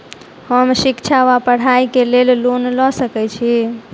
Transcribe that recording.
हम शिक्षा वा पढ़ाई केँ लेल लोन लऽ सकै छी?